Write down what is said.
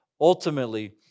ultimately